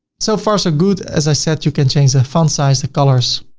so far so good. as i said, you can change the font size, the colors,